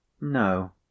no